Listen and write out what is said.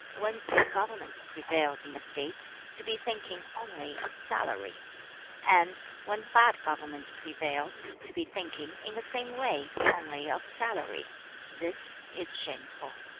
when good government prevails in a state, to be thinking only of salary and, when bad government prevails, to be thinking, in the same way, only of salary this is shameful